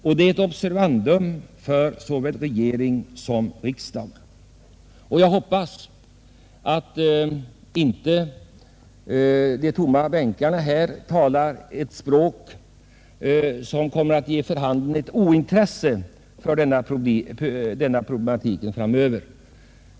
Detta är ett observandum för såväl regering som riksdag. Jag hoppas att de tomma bänkarna här inte är ett uttryck för ointresse för denna problematik framöver.